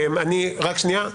רק שנייה.